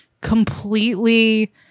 completely